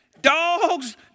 Dogs